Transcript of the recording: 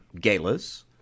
galas